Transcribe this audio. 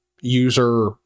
user